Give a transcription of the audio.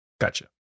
Gotcha